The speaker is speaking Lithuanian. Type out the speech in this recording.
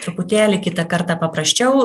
truputėlį kitą kartą paprasčiau